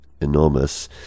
enormous